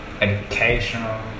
educational